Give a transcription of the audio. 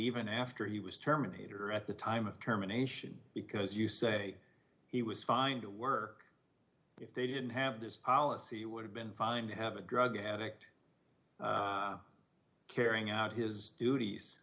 even after he was terminator at the time of terminations because you say he was fine to work if they didn't have this policy would have been fine to have a drug addict carrying out his duties